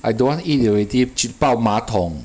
I don't want eat already 去抱马桶